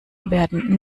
werden